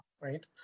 right